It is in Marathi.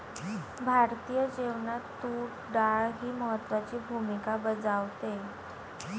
भारतीय जेवणात तूर डाळ ही महत्त्वाची भूमिका बजावते